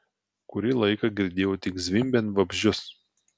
kurį laiką girdėjau tik zvimbiant vabzdžius